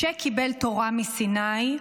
"משה קיבל תורה מסיני,